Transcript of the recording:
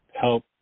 help